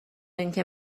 اینکه